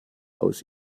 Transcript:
aus